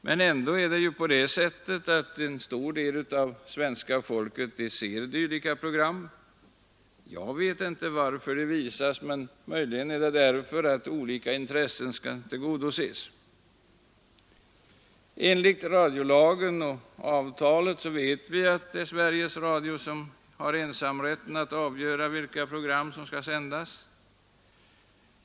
Men ändå ser en stor del av svenska folket dylika program. Jag vet inte varför de visas, men det är möjligen därför att olika intressen skall tillgodoses. Vi vet att det enligt radiolagen och avtalet är Sveriges Radio som har ensamrätt att avgöra vilka program som skall sändas.